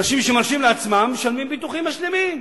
אנשים שמרשים לעצמם משלמים ביטוחים משלימים,